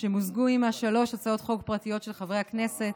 שמוזגו עימה שלוש הצעות חוק פרטיות של חברי הכנסת.